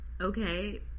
okay